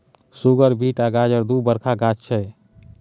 सुगर beet आ गाजर दु बरखा गाछ छै